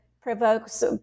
provokes